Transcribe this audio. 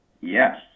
Yes